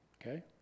Okay